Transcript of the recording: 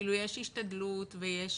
כאילו יש השתדלות ויש